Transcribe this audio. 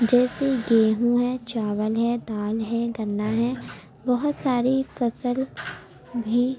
جیسے گیہوں ہے چاول ہے دال ہے گنا ہے بہت ساری فصل بھی